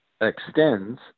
extends